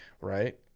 right